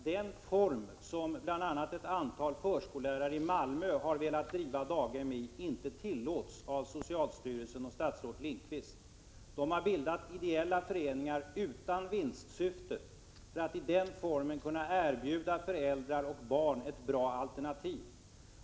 Herr talman! Jag konstaterar bara att den form i vilken bl.a. ett antal förskollärare i Malmö har velat driva daghem inte tillåts av socialstyrelsen och statsrådet Lindqvist. Dessa förskollärare har bildat föreningar utan vinstsyfte för att på detta sätt kunna erbjuda föräldrar och barn ett bra alternativ.